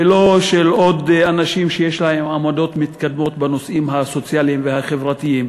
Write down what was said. ולא של עוד אנשים שיש להם עמדות מתקדמות בנושאים הסוציאליים והחברתיים,